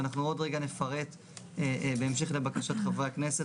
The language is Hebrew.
ואנחנו עוד רגע נפרט בהמשך לבקשת חברי הכנסת